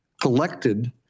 collected